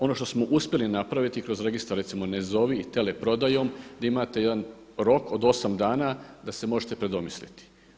Ono što smo uspjeli napraviti kroz registar recimo … i teleprodajom da imate jedan rok od 8 dana da se možete predomisliti.